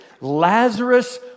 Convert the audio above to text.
Lazarus